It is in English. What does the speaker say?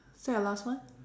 is that your last one